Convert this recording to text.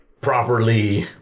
properly